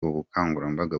ubukangurambaga